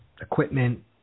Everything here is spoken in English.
equipment